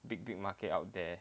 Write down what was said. big big market out there